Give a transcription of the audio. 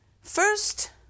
first